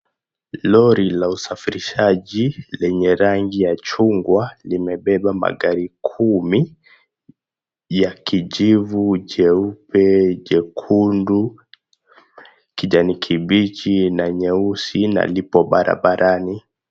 Lori la usafirishaji, lenye rangi ya chungwa, limemebeba magari kumi ya kijivu, jeupe, jekundu, kijani kibichi, na nyeusi, na lipo barabarani.